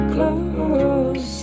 Close